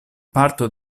parto